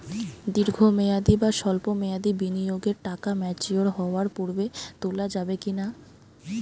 দীর্ঘ মেয়াদি বা সল্প মেয়াদি বিনিয়োগের টাকা ম্যাচিওর হওয়ার পূর্বে তোলা যাবে কি না?